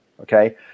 Okay